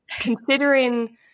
Considering